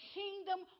kingdom